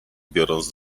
biorąc